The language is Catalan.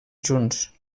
junts